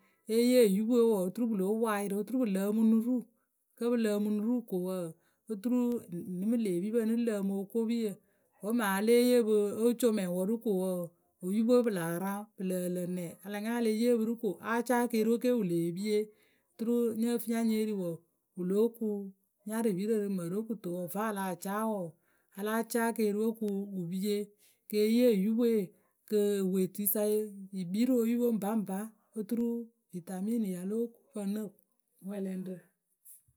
Eyee oyupǝ we wǝǝ, oturu pǝ lóo poŋ ayɩrɩ oturu pǝ lǝǝmɨ nuru, kǝ́ pǝ lǝǝmɨ nuru ko wǝǝ, oturu ŋnɨ mɨ lê pipǝ nɨ lǝǝmɨ okopiyǝ. Wǝ́ mɨŋ a lée yee pǝ o co mɛŋwǝ rǝ ko wǝǝ, oyupǝ we pǝ laa raŋ pǝ lǝǝ lǝ nɛ a la nya e le yee pǝ rǝ ko a caa keeriwe ke wǝ lee pie oturu nyǝ fǝ nya nyée ri wǝǝ, wǝ lóo ku nyarɩpirǝ rɨ mǝrɨwe kǝto vǝ́ a lah caa wǝǝ, a láa caa keeriwe kɨ wǝ pie kɛ yee oyupǝwe kɨ ewetuiyǝ sa yǝ kpii rǝ oyupǝ we ŋpaŋpa oturu vitamine ya lǝ́ǝ pǝ nɨ wɛlɛŋrǝ.